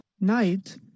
Night